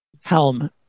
helm